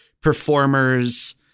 performers